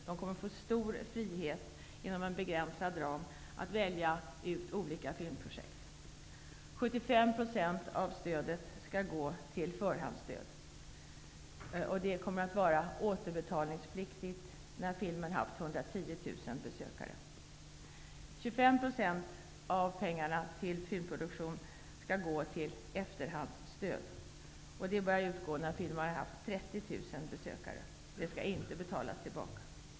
De kommer att få stor frihet inom en begränsad ram att välja ut olika filmprojekt. 75 % av stödet skall gå till förhandsstöd. Det kommer att vara återbetalningspliktigt när filmen haft 110 000 besökare. 25 % av pengarna till filmproduktion skall gå till efterhandsstöd. Det börjar utgå när filmen har haft 30 000 besökare. Det skall inte betalas tillbaka.